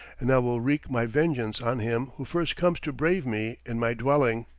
and i will wreak my vengeance on him who first comes to brave me in my dwelling.